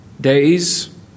Days